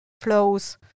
flows